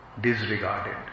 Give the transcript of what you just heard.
disregarded